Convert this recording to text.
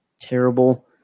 terrible